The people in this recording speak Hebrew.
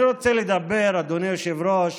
אדוני היושב-ראש,